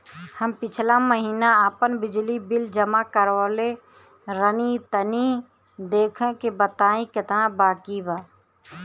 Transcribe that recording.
हम पिछला महीना आपन बिजली बिल जमा करवले रनि तनि देखऽ के बताईं केतना बाकि बा?